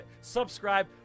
subscribe